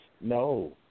No